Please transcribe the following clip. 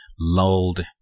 lulled